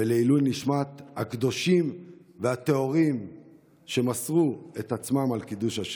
ולעילוי נשמת הקדושים והטהורים שמסרו את עצמם על קידוש השם.